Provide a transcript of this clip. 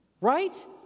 right